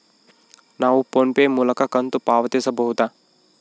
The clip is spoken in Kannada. ನಾವು ಫೋನ್ ಪೇ ಮೂಲಕ ಕಂತು ಪಾವತಿಸಬಹುದಾ?